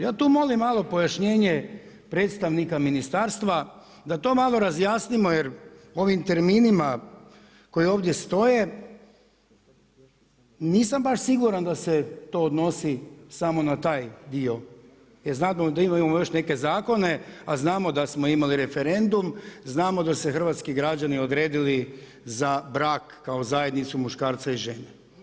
Ja tu molim malo pojašnjenje predstavnika ministarstva da to malo razjasnimo jer ovim terminima koji ovdje stoje nisam baš siguran da se to odnosi samo na taj dio, jer znamo da imamo još neke zakone a znamo da smo imali referendum, znamo da su se hrvatski građani odredili za brak kao zajednicu muškarca i žene.